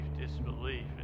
disbelief